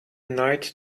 night